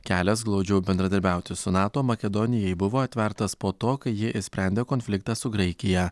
kelias glaudžiau bendradarbiauti su nato makedonijai buvo atvertas po to kai ji išsprendė konfliktą su graikija